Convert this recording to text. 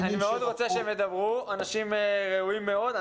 אני מאוד רוצה שהם ידברו, אנשים ראויים מאוד.